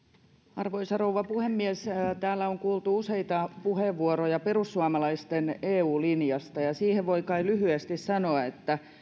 arvoisa rouva puhemies täällä on kuultu useita puheenvuoroja perussuomalaisten eu linjasta ja siihen voi kai lyhyesti sanoa että